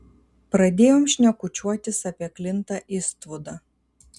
pradėjom šnekučiuotis apie klintą istvudą